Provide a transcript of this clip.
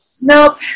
Nope